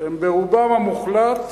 הם ברובם המוחלט